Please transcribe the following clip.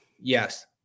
Yes